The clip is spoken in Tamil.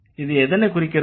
இது எதனைக் குறிக்கிறது